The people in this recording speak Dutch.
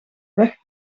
weg